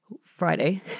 Friday